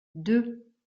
deux